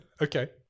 Okay